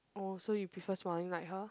oh so you prefer smiling like her